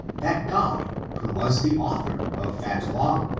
that god, who was the author of that law,